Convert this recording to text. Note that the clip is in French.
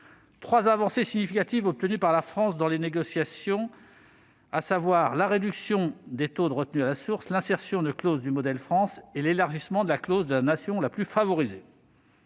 Trois avancées significatives ont été obtenues par la France au titre des négociations, à savoir la réduction des taux de retenue à la source, l'insertion de clauses du modèle France et l'élargissement de la clause de la nation la plus favorisée.